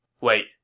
Wait